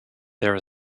there